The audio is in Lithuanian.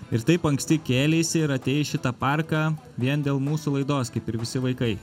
ir taip anksti kėleisi ir atėjai į šitą parką vien dėl mūsų laidos kaip ir visi vaikai